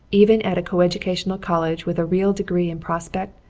even at a coeducational college with a real degree in prospect,